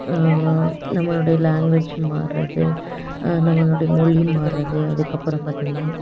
நம்மளுடைய லேங்குவேஜ் மார்றது நம்மளுடைய மொழி மார்றது அதுக்கு அப்பறம் பார்த்திங்கன்னா